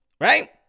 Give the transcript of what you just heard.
Right